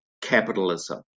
Capitalism